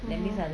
mm